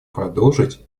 продолжить